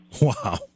Wow